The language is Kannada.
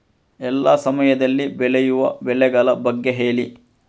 ಎಲ್ಲಾ ಸಮಯದಲ್ಲಿ ಬೆಳೆಯುವ ಬೆಳೆಗಳ ಬಗ್ಗೆ ಹೇಳಿ